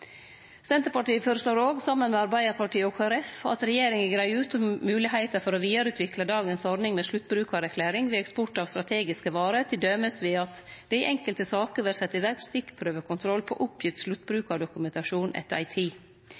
Senterpartiet føreslår òg, saman med Arbeidarpartiet og Kristeleg Folkeparti, at regjeringa greier ut om moglegheita for å vidareutvikle dagens ordning med sluttbrukarerklæring ved eksport av strategiske varer, t.d. ved at det i enkelte saker vert sett i verk stikkprøvekontroll på oppgitt sluttbrukardokumentasjon etter ei tid.